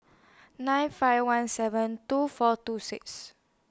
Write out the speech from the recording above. nine five one seven two four two six